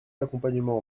d’accompagnement